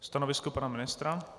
Stanovisko pana ministra?